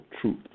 truth